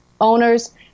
Owners